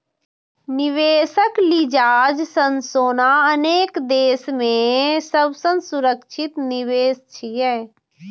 निवेशक लिजाज सं सोना अनेक देश मे सबसं सुरक्षित निवेश छियै